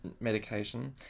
medication